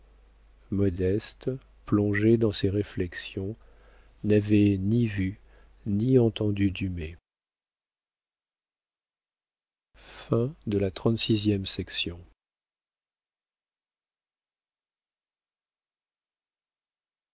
modeste plongée dans ses réflexions n'avait ni vu ni entendu dumay